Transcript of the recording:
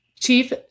Chief